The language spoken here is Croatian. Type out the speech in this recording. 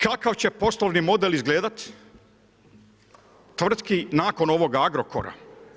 Kakav će poslovni model izgledati tvrtki nakon ovog Agrokora?